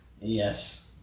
Yes